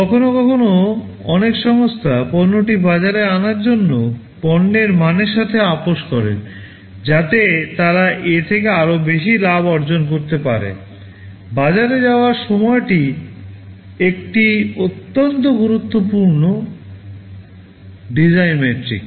কখনও কখনও অনেক সংস্থা পণ্যটি বাজারে আনার জন্য পণ্যের মানের সাথে আপস করে যাতে তারা এ থেকে আরও বেশি লাভ অর্জন করতে পারে বাজারে যাওয়ার সময়টি একটি অত্যন্ত গুরুত্বপূর্ণ ডিজাইন মেট্রিক